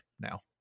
now